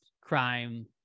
crime